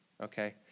okay